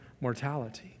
mortality